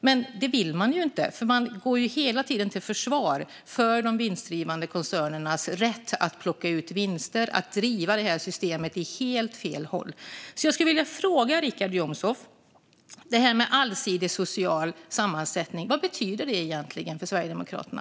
Men det vill man ju inte, eftersom man hela tiden försvarar de vinstdrivande koncernernas rätt att plocka ut vinster och att driva systemet i helt fel riktning. Jag vill fråga Richard Jomshof vad allsidig social sammansättning egentligen betyder för Sverigedemokraterna.